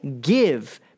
give